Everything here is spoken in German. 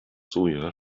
soja